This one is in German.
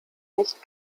nicht